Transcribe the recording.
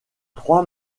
trois